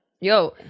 Yo